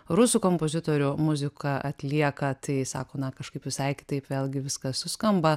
rusų kompozitorių muziką atlieka tai sako na kažkaip visai kitaip vėlgi viskas suskamba